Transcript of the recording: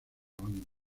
banda